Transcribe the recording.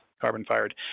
carbon-fired